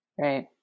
Right